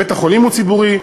בית-החולים הוא ציבורי,